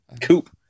Coupe